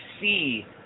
see